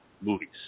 movies